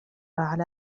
على